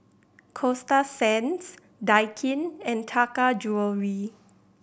Coasta Sands Daikin and Taka Jewelry